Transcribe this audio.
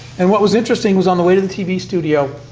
and what was interesting was on the way to the tv studio,